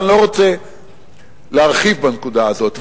ואני לא רוצה להרחיב בנקודה הזאת.